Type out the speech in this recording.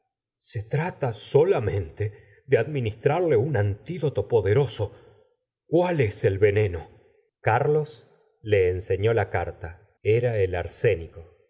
de bovary lamente de administrarle un antfdoto poderoso cuál es el veneno carlos le en señó la carta e ra el arsénico